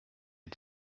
les